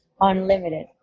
unlimited